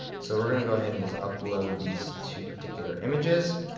so we're gonna go ahead and just upload these two particular images.